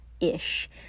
ish